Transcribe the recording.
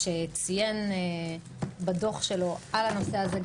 שציין בדוח שלו על הנושא הזה,